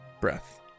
breath